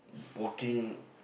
working